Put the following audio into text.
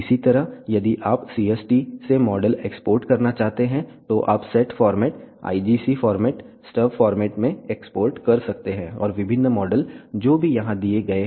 इसी तरह यदि आप CST से मॉडल एक्सपोर्ट करना चाहते हैं तो आप set format IGS format stub format में एक्सपोर्ट कर सकते हैं और विभिन्न मॉडल जो भी यहाँ दिए गए हैं